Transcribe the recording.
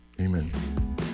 Amen